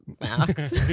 Max